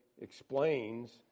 explains